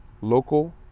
local